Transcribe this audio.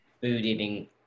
food-eating